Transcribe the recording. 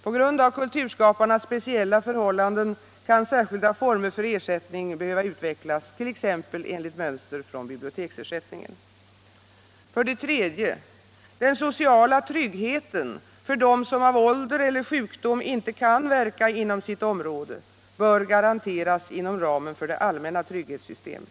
På grund av kulturskaparnas speciella förhållanden kan särskilda former för ersättning behöva utvecklas, t.ex. enligt mönster från biblioteksersättningen. 3. Den sociala tryggheten för dem som av ålder och sjukdom inte kan verka inom sitt område bör garanteras inom ramen för det allmänna trygghetssystemet.